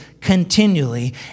continually